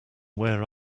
where